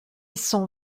s’en